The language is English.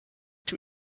too